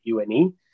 UNE